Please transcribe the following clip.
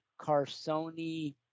Carsoni